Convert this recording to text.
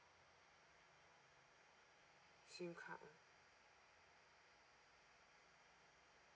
SIM card uh